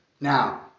Now